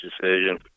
decision